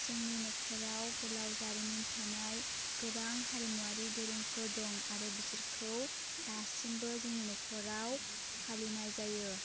जोंनि न'खराव गोलाव जारिमिन थानाय गोबां हारिमुवारि दोरोंफोर दं आरो बिसोरखौ दासिमबो जोंनि न'खराव फालिनाय जायो